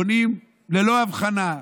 בונים ללא הבחנה,